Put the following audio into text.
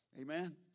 Amen